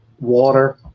water